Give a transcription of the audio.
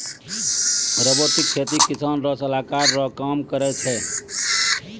robotic खेती किसान रो सलाहकार रो काम करै छै